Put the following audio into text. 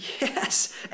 Yes